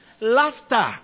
Laughter